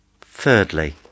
Thirdly